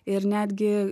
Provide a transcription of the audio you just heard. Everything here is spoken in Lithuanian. ir netgi